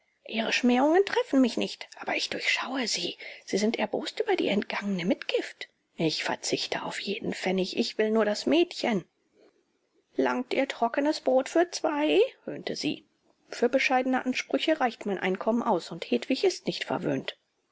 ihre schmähungen treffen mich nicht aber ich durchschaue sie sie sind erbost über die entgangene mitgift ich verzichte auf jeden pfennig ich will nur das mädchen langt ihr trockenes brot für zwei höhnte sie für bescheidene ansprüche reicht mein einkommen aus und hedwig ist nicht verwöhnt